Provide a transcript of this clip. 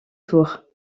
tour